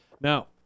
Now